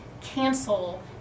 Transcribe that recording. cancel